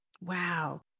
Wow